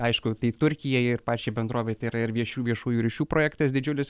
aišku tai turkijai ir pačiai bendrovei tai yra ir viešių viešųjų ryšių projektas didžiulis